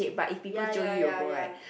ya ya ya